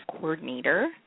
coordinator